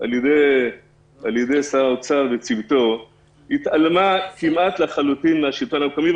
על ידי שר האוצר וצוותו התעלמה כמעט לחלוטין מן השלטון המקומית,